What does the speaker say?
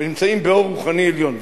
ונמצאים באור רוחני עליון.